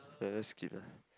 fair let's skip lah